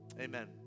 Amen